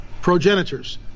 progenitors